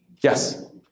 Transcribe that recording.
Yes